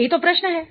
यही तो प्रश्न है